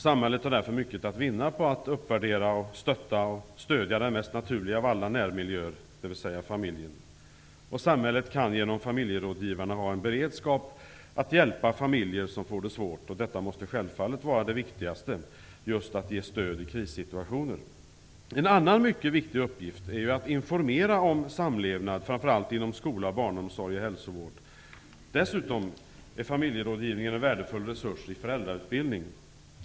Samhället har därför mycket att vinna på att uppvärdera, stötta och stödja den mest naturliga av alla närmiljöer, dvs. familjen. Samhället kan genom familjerådgivarna ha en beredskap att hjälpa familjer som får det svårt. Detta måste självfallet vara det viktigaste, att ge stöd i krissituationer. En annan mycket viktig uppgift är att informera om samlevnad, framför allt inom skola, barnomsorg och hälsovård. Dessutom är familjerådgivningen en värdefull resurs i föräldrautbildning.